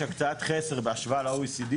יש הקצאת חסר בהשוואה ל-OECD